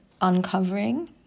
uncovering